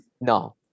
No